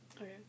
Okay